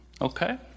Okay